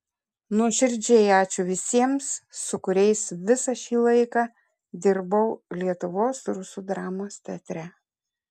nuoširdžiai ačiū visiems su kuriais visą šį laiką dirbau lietuvos rusų dramos teatre